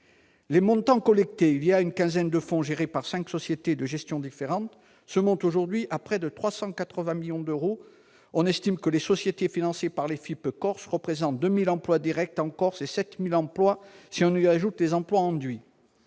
Les montants collectés une quinzaine de fonds, gérés par cinq sociétés de gestion différentes, se montent aujourd'hui à près de 380 millions d'euros. On estime que les sociétés financées par les FIP-Corse représentent 2 000 emplois directs en Corse et 7 000 emplois si on y ajoute les emplois induits.